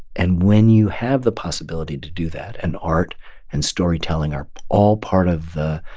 and when you have the possibility to do that and art and storytelling are all part of the